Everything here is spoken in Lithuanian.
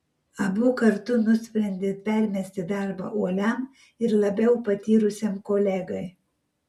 abu kartu nusprendė permesti darbą uoliam ir labiau patyrusiam kolegai